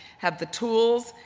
have the tools,